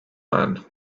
man